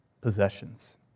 possessions